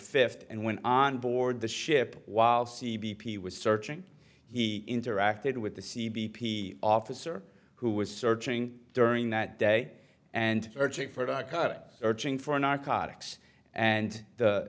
fifth and went on board the ship while c b p was searching he interacted with the c b p officer who was searching during that day and searching for a cut searching for narcotics and the